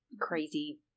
crazy